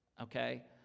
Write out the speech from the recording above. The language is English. Okay